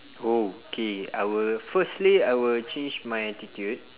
oh K I will firstly I will change my attitude